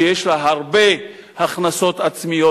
שיש לה הרבה הכנסות עצמיות,